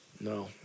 No